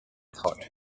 thought